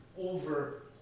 over